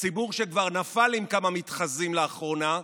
הציבור, שכבר נפל עם כמה מתחזים לאחרונה,